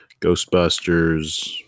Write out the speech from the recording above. Ghostbusters